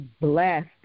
blessed